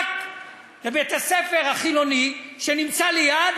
רק לבית-הספר החילוני שנמצא ליד,